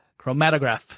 Chromatograph